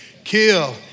Kill